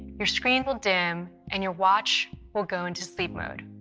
your screen will dim and your watch will go into sleep mode,